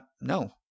No